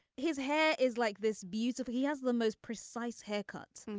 his hair is like this beautiful he has the most precise haircut.